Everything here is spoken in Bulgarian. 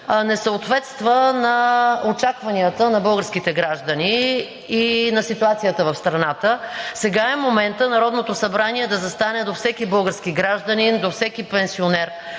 не съответства на очакванията на българските граждани и на ситуацията в страната. Сега е моментът Народното събрание да застане до всеки български гражданин, до всеки пенсионер,